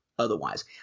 otherwise